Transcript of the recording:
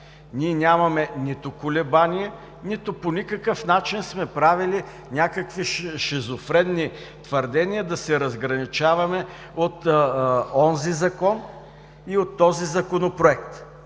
Ние нямаме нито колебание, нито по никакъв начин сме правили някакви шизофренни твърдения да се разграничаваме от онзи Закон и от този Законопроект.